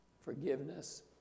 forgiveness